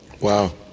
Wow